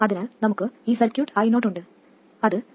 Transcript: അതിനാൽ നമുക്ക് ഈ സർക്യൂട്ട് I0 ഉണ്ട് അത് 2